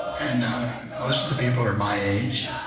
and um most of the people are my age.